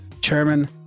Chairman